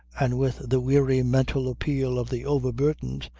and with the weary mental appeal of the overburdened.